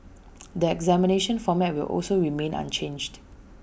the examination format will also remain unchanged